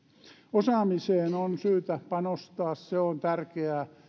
osaamiseen on syytä panostaa se on tärkeää